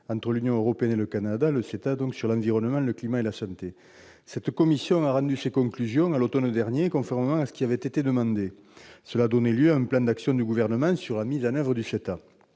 entre l'Union européenne et le Canada, le CETA, sur l'environnement, le climat et la santé. Cette commission a rendu ses conclusions à l'automne dernier, conformément à ce qui avait été demandé. Cela a donné lieu à un plan d'action du Gouvernement sur la mise en oeuvre du CETA.